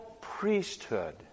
priesthood